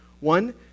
One